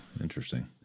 interesting